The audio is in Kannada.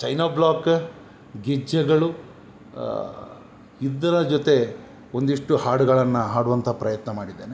ಚೈನೋ ಬ್ಲಾಕ್ ಗೆಜ್ಜೆಗಳು ಇದರ ಜೊತೆ ಒಂದಿಷ್ಟು ಹಾಡುಗಳನ್ನು ಹಾಡುವಂಥ ಪ್ರಯತ್ನ ಮಾಡಿದ್ದೇನೆ